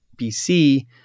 BC